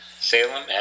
Salem